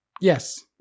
Yes